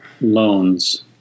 loans